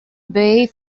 bay